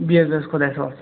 بِہِو حظ خُدایس حَوالہٕ